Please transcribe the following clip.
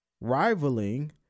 rivaling